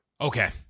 Okay